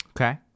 Okay